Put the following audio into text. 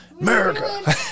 America